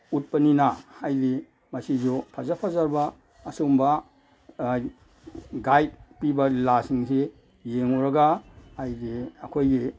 ꯎꯠꯄꯅꯤꯅ ꯑꯩꯗꯤ ꯃꯁꯤꯁꯨ ꯐꯖ ꯐꯖꯕ ꯑꯁꯨꯝꯕ ꯒꯥꯏꯠ ꯄꯤꯕ ꯂꯤꯂꯥꯁꯤꯡꯁꯤ ꯌꯦꯡꯎꯔꯒ ꯑꯩꯗꯤ ꯑꯩꯈꯣꯏꯒꯤ